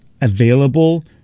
available